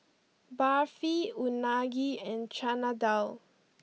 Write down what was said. Barfi Unagi and Chana Dal